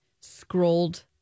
scrolled